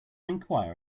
enquire